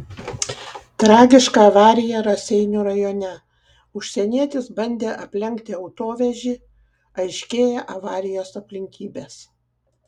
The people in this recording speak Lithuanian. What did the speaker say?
tragiška avarija raseinių rajone užsienietis bandė aplenkti autovežį aiškėja avarijos aplinkybės